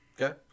Okay